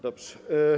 Dobrze.